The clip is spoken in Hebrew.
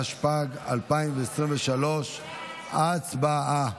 התשפ"ג 2023. הצבעה.